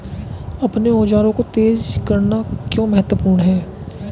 अपने औजारों को तेज करना क्यों महत्वपूर्ण है?